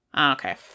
Okay